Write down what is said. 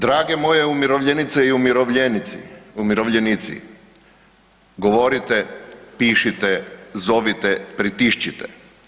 Drage moje umirovljenice i umirovljenici, govorite, pištite, zovite, pritišćite.